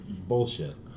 Bullshit